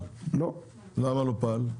למה לא פעל?